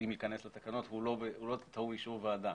אם ייכנס לתקנות, הוא לא טעון אישור ועדה